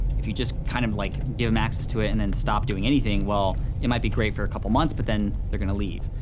if you just kind of like, give em access to it and then stop doing anything, well, it might be great for a couple months, but then, they're gonna leave.